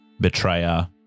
betrayer